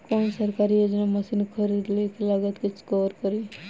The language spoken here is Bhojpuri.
कौन सरकारी योजना मशीन खरीदले के लागत के कवर करीं?